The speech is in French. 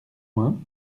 loin